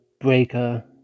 Breaker